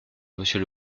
monsieur